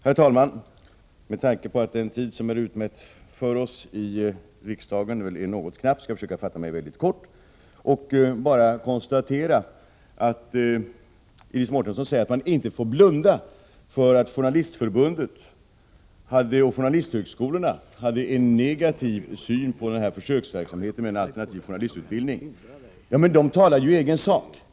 Herr talman! Med tanke på att den tid som är utmätt för oss i riksdagen är något knapp skall jag försöka att fatta mig mycket kort. Jag skall bara konstatera att Iris Mårtensson säger att man inte får blunda för att Journalistförbundet och journalisthögskolorna hade en negativ syn på en försöksverksamhet med alternativ journalistutbildning. Men de talar ju i egen sak!